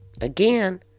again